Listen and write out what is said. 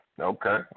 Okay